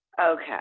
Okay